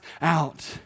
out